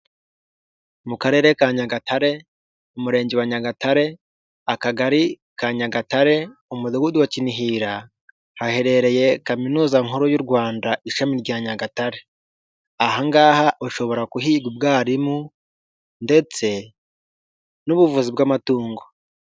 Mu karere ka Nyagatare, Umurenge wa Nyagatare, Akagari ka yNagatare, mu Mudugudu wa Kinihira, haherereye Kaminuza nkuru y'u Rwanda Ishami rya Nyagatare, ahangaha ushobora kuhiga ubwarimu ndetse n'ubuvuzi bw'amatungo.